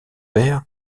père